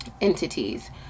entities